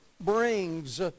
Brings